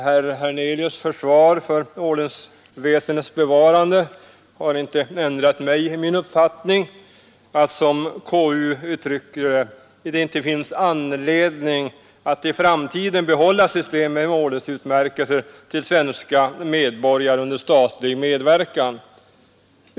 Herr Hernelius” försvar för ordensväsendets bevarande har inte ändrat min uppfattning att det — som KU uttrycker det — inte finns anledning att i framtiden behålla systemet med ordensutmärkelser till svenska medborgare under statlig medverkan.